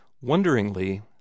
Wonderingly